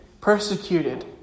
persecuted